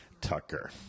Tucker